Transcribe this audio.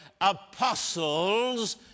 apostles